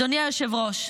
אדוני היושב-ראש,